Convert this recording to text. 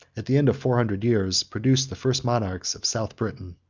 at the end of four hundred years, produced the first monarchs of south britain.